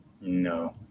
No